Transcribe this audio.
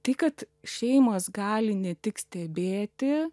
tai kad šeimos gali ne tik stebėti